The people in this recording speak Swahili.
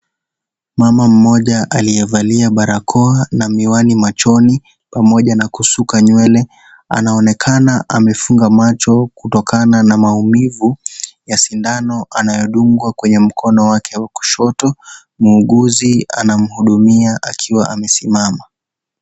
Mama mmoja aliyevalia barakoa na miwani machoni, pamoja na kusuka nywele anaonekana amefunga macho kutokana na maumivu ya sindano anayedungwa kwenye mkono wake wa kushoto. Muuguzi anamhudumia akiwa amesimama.